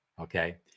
Okay